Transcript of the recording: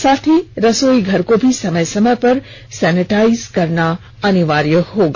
साथ ही रसोई घर को भी समय समय पर सेनिटाइज करना अनिवार्य होगा